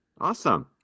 Awesome